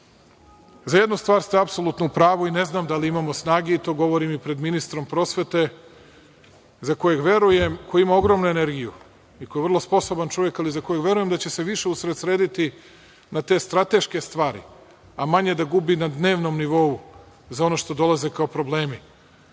jednu stvar ste apsolutno u pravu, i ne znam da li imamo snage i to govorim i pred ministrom prosvete, za kojeg verujem, koji ima ogromnu energiju, i koji je vrlo sposoban čovek, ali za kojeg verujem da će se više usredsrediti na te strateške stvari, a manje da gubi na dnevnom nivou za ono što dolaze kao problemi.